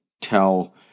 tell